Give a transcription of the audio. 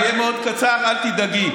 אני אהיה מאוד קצר, אל תדאגי.